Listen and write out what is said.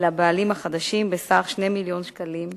לבעלים החדשים בסך 2 מיליוני שקלים מההסתדרות.